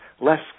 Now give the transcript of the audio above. less